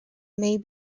may